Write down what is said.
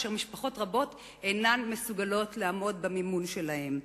ומשפחות רבות אינן מסוגלות לעמוד במימון שלהם.